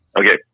Okay